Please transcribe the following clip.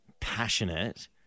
Passionate